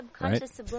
Right